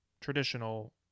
traditional